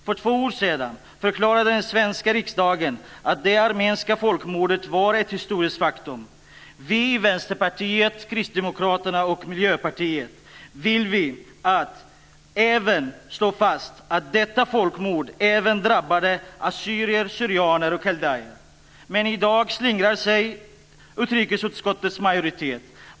För två år sedan förklarade den svenska riksdagen att det armeniska folkmordet var ett historiskt faktum. Vi i Vänsterpartiet, Kristdemokraterna och Miljöpartiet vill att vi även slår fast att detta folkmord också drabbade assyrier/syrianer och kaldéer. Men i dag slingrar sig utrikesutskottets majoritet.